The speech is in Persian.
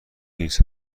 نیست